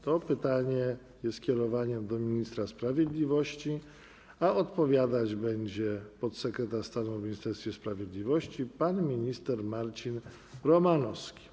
To pytanie jest skierowane do ministra sprawiedliwości, a odpowiadać będzie podsekretarz stanu w Ministerstwie Sprawiedliwości pan minister Marcin Romanowski.